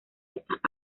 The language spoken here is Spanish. estas